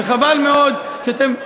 וחבל מאוד שאתם,